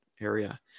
area